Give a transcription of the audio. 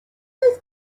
oedd